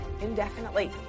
indefinitely